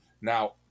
Now